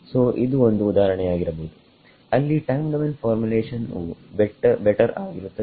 ಸೋಇದು ಒಂದು ಉದಾಹರಣೆಯಾಗಿರಬಹುದು ಅಲ್ಲಿ ಟೈಮ್ ಡೊಮೈನ್ ಫಾರ್ಮುಲೇಶನ್ ವು ಬೆಟ್ಟರ್ ಆಗಿರುತ್ತದೆ